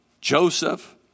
Joseph